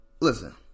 listen